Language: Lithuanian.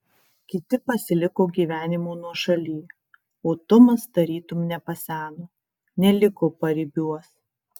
kiti pasiliko gyvenimo nuošaly o tumas tarytum nepaseno neliko paribiuos